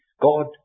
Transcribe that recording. God